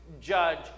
judge